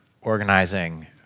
organizing